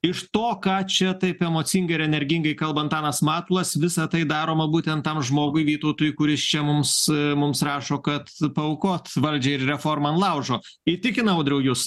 iš to ką čia taip emocingai ir energingai kalba antanas matulas visa tai daroma būtent tam žmogui vytautui kuris čia mums mums rašo kad paaukot valdžią ir reformą laužo įtikina audriau jus